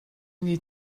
need